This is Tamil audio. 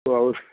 ஓ ஸோ